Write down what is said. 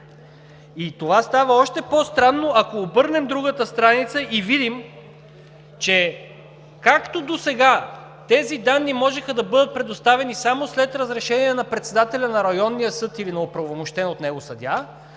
Това става още по-странно, ако обърнем другата страница и видим, че както досега тези данни можеха да бъдат предоставени само след разрешение на председателя на Районния съд или на оправомощен от него съдия,